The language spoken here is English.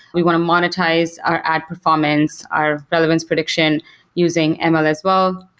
we want to monetize our ad performance, our relevance prediction using ml as well.